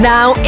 Now